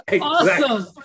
awesome